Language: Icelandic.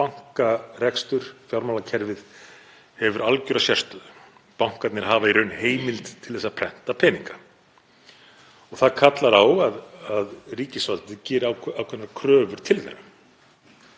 Bankarekstur, fjármálakerfið, hefur algjöra sérstöðu. Bankarnir hafa í raun heimild til að prenta peninga og það kallar á að ríkisvaldið geri ákveðnar kröfur til þeirra.